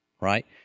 right